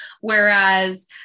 Whereas